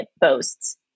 boasts